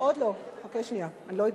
עוד לא, חכה שנייה, אני לא יודעת.